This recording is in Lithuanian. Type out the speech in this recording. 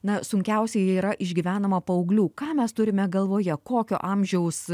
na sunkiausiai ji yra išgyvenama paauglių ką mes turime galvoje kokio amžiaus